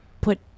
put